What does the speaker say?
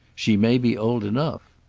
she may be old enough.